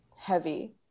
heavy